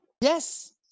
Yes